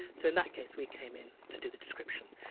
so in that case we came in to do the description.